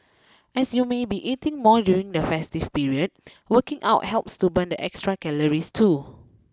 as you may be eating more during the festive period working out helps to burn the extra calories too